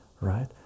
right